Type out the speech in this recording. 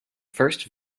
first